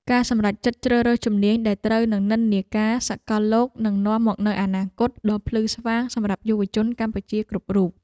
ការសម្រេចចិត្តជ្រើសរើសជំនាញដែលត្រូវនឹងនិន្នាការសកលលោកនឹងនាំមកនូវអនាគតដ៏ភ្លឺស្វាងសម្រាប់យុវជនកម្ពុជាគ្រប់រូប។